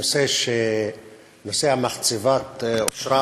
נושא מחצבת אשרת